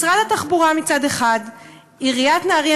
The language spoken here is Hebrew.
משרד התחבורה מצד אחד ועיריית נהריה